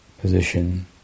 position